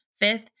Fifth